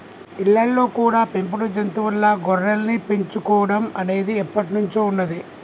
ఇళ్ళల్లో కూడా పెంపుడు జంతువుల్లా గొర్రెల్ని పెంచుకోడం అనేది ఎప్పట్నుంచో ఉన్నది